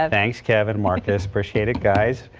ah banks, kevin marcus appreciate it guys.